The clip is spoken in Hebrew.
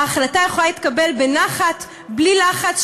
ההחלטה יכולה להתקבל בנחת, בלי לחץ.